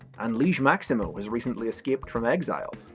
and liege maximo has recently escaped from exile,